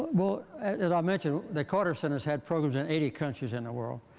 well, as i mentioned, the carter center has had programs in eighty countries in the world.